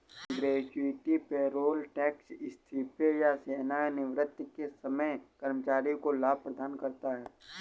gratuity payroll tax इस्तीफे या सेवानिवृत्ति के समय कर्मचारी को लाभ प्रदान करता है